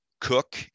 cook